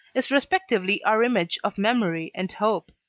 is respectively our image of memory and hope.